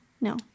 No